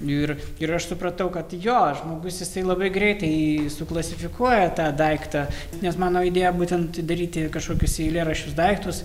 ir ir aš supratau kad jo žmogus jisai labai greitai suklasifikuoja tą daiktą nes mano idėja būtent daryti kažkokius eilėraščius daiktus